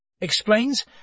explains